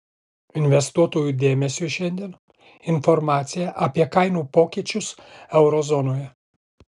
investuotojų dėmesiui šiandien informacija apie kainų pokyčius euro zonoje